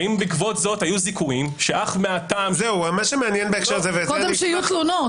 האם בעקבות זאת היו זיכויים שאך מהטעם -- קודם שיהיו תלונות.